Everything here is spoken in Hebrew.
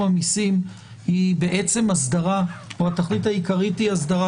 המיסים היא אסדרה או התכלית העיקרית היא אסדרה,